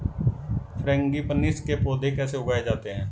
Frangipanis के पौधे कैसे उगाए जाते हैं?